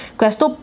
questo